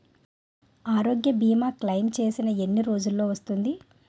ఆరోగ్య భీమా క్లైమ్ చేసిన ఎన్ని రోజ్జులో వస్తుంది?